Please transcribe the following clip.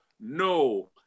no